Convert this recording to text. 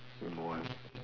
don't know eh